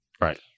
Right